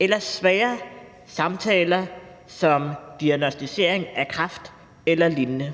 eller svære samtaler som diagnosticering af kræft eller lignende.